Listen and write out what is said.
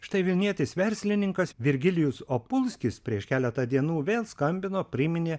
štai vilnietis verslininkas virgilijus opulskis prieš keletą dienų vėl skambino priminė